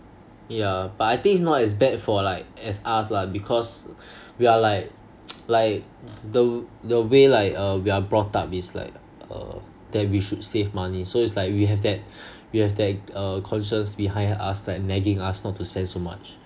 yeah but I think it's not as bad for like as us lah because we are like like the the way like uh we are brought up it's like uh then we should save money so it's like we have that we have that uh conscience behind us like nagging us not to spend so much